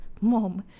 mom